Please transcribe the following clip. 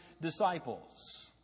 disciples